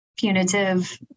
Punitive